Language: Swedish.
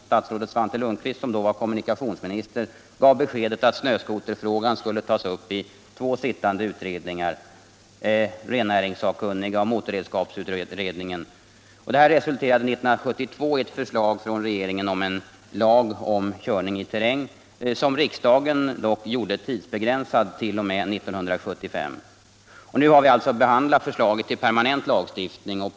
Statsrådet Svante Lundkvist, som då var kommunikationsminister, gav beskedet att snöskoterfrågan skulle behandlas i två sittande utredningar, rennäringssakkunniga och motorredskapsutredningen. Detta resulterade 1972 i ett förslag från regeringen om en terrängkörningslag, som riksdagen dock gjorde tidsbegränsad t.o.m. 1975. Nu har vi alltså att behandla förslaget till permanent lagstiftning.